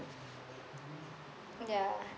ya